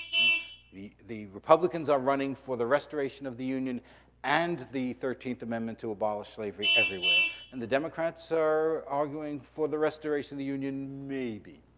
and the the republicans are running for the restoration of the union and the thirteenth amendment to abolish slavery everywhere. and the democrats are arguing for the restoration of the union, maybe.